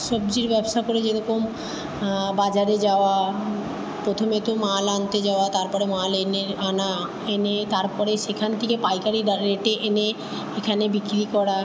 সবজির ব্যবসা করে যেরকম বাজারে যাওয়া প্রথমে তো মাল আনতে যাওয়া তারপরে মাল এনে আনা এনে তারপরে সেখান থেকে পাইকারি দ রেটে এনে এখানে বিক্রি করা